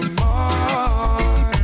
more